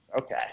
okay